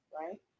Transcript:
right